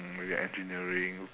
maybe engineering